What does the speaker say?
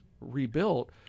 rebuilt